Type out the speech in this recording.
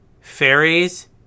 fairies